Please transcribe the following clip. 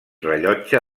rellotge